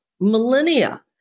millennia